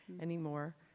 anymore